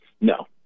No